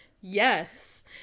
Yes